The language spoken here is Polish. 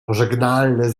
pożegnalne